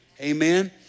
Amen